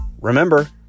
Remember